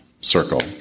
circle